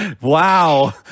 Wow